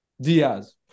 Diaz